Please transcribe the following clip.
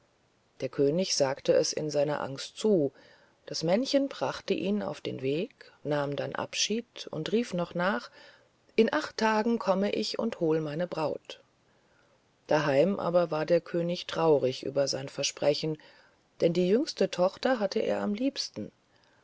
der könig sagte es in seiner angst zu das männchen brachte ihn auf den weg nahm dann abschied und rief noch nach in acht tagen komm ich und hol meine braut daheim aber war der könig traurig über sein versprechen denn die jüngste tochter hatte er am liebsten